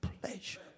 pleasure